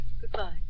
Goodbye